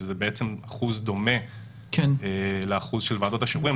שזה בעצם אחוז דומה לאחוז של ועדות השחרורים,